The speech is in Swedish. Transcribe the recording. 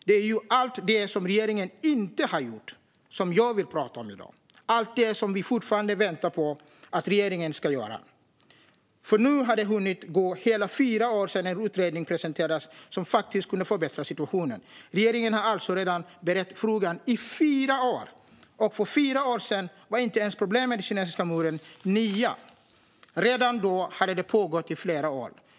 Det är ju allt det som regeringen inte har gjort som jag vill prata om i dag - allt det som vi fortfarande väntar på att regeringen ska göra. Nu har det hunnit gå hela fyra år sedan det presenterades en utredning som faktiskt kunde förbättra situationen. Regeringen har alltså redan berett frågan i fyra år. För fyra år sedan var inte ens problemen i Kinesiska muren nya; redan då hade detta pågått i flera år.